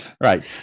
right